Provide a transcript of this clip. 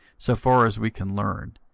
so far as we can learn,